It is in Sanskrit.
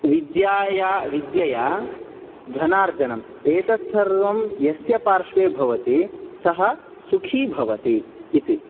विद्याया विद्यया धनार्जनम् एतत् सर्वं यस्य पार्श्वे भवति सः सुखी भवति इति